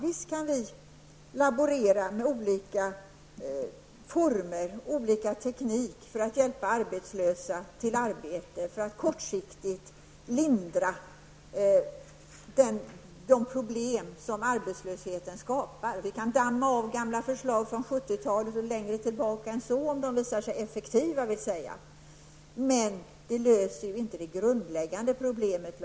Visst kan vi laborera med olika former av teknik för att hjälpa arbetslösa till arbete, för att kortsiktigt lindra de problem som arbetslösheten skapar. Vi kan damma av gamla förslag från 70 talet. Det kan också gälla förslag som är äldre än så. Det viktiga är att förslagen visar sig vara effektiva. Men därmed löses inte det grundläggande problemet.